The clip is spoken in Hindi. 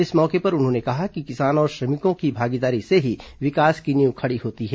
इस मौके पर उन्होंने कहा कि किसान और श्रमिकों की भागीदारी से ही विकास की नींव खड़ी होती है